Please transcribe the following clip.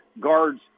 guards